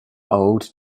old